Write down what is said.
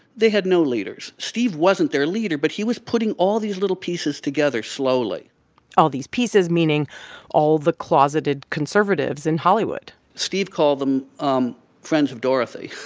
they had no leaders. steve wasn't their leader, but he was putting all these little pieces together slowly all these pieces meaning all the closeted conservatives in hollywood steve called them um friends of dorothy